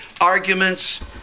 arguments